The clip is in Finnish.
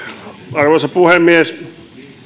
arvoisa puhemies